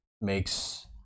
makes